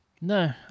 No